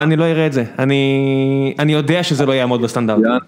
אני לא אראה את זה, אני יודע שזה לא יעמוד בסטנדרט.